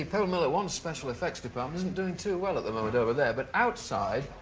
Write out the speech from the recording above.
pebble mill at one special-effects department isn't doing too well at the moment over there, but outside,